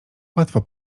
łatwo